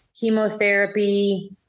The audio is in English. chemotherapy